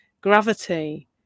gravity